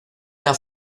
una